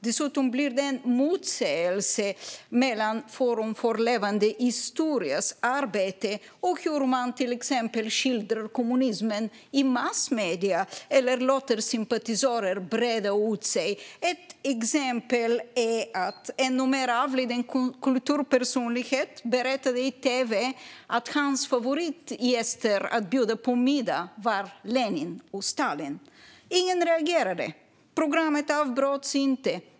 Dessutom blir det en motsägelse mellan Forum för levande historias arbete och hur man till exempel skildrar kommunismen i massmedier eller låter sympatisörer breda ut sig. Ett exempel är att en numera avliden kulturpersonlighet berättade i tv att hans favoritgäster att bjuda på middag var Lenin och Stalin. Ingen reagerade. Programmet avbröts inte.